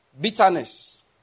Bitterness